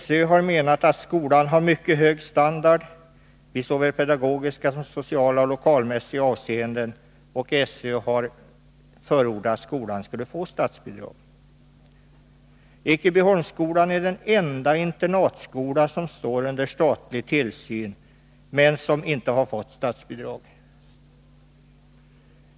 SÖ har menat att skolan har mycket god standard i såväl pedagogiska som sociala och lokalmässiga avseenden och har förordat att skolan skulle få statsbidrag. Ekebyholmsskolan är den enda internatskola som står under statlig tillsyn som inte har fått statsbidrag.